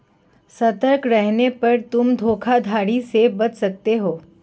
सतर्क रहने पर तुम धोखाधड़ी से बच सकते हो